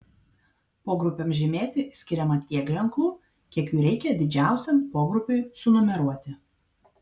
pogrupiams žymėti skiriama tiek ženklų kiek jų reikia didžiausiam pogrupiui sunumeruoti